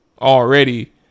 already